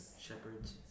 shepherds